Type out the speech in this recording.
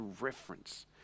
reference